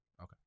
Okay